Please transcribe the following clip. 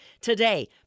Today